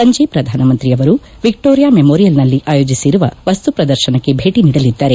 ಸಂಜೆ ಪ್ರಧಾನಮಂತ್ರಿ ಆವರು ವಿಕ್ಲೋರಿಯಾ ಮವೋರಿಯಲ್ನಲ್ಲಿ ಆಯೋಜಸಿರುವ ಮ್ತುಪ್ರದರ್ಶನಕ್ಕೆ ಭೇಟಿ ನೀಡಲಿದ್ದಾರೆ